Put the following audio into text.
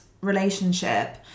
relationship